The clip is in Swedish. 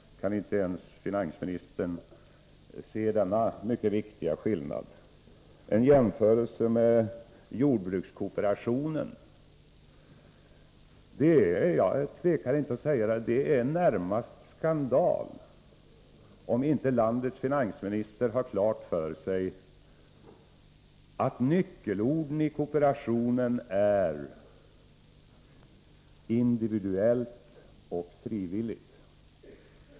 Kan inte ens finansministern se denna mycket viktiga skillnad? Finansministern gjorde också en jämförelse med jordbrukskooperationen. Det är — jag tvekar inte att säga det — närmast skandal om inte landets finansminister har klart för sig att nyckelorden i kooperationen är ”individuellt” och ”frivilligt”.